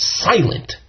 silent